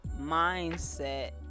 mindset